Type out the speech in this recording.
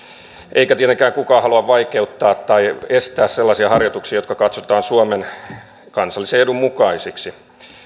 eikä tietenkään kukaan halua vaikeuttaa tai estää sellaisia harjoituksia jotka katsotaan suomen kansallisen edun mukaisiksi